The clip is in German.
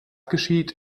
geschieht